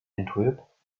antwerp